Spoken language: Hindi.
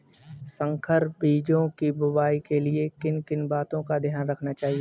संकर बीजों की बुआई के लिए किन किन बातों का ध्यान रखना चाहिए?